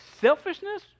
Selfishness